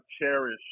cherish